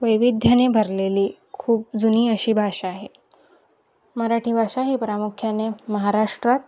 वैविध्याने भरलेली खूप जुनी अशी भाषा आहे मराठी भाषा ही प्रामुख्याने महाराष्ट्रात